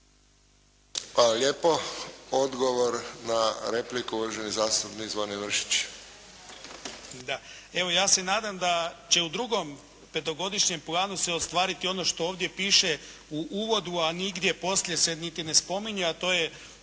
lijepo. Odgovor na repliku uvaženi zastupnik Zvonimir Mršić.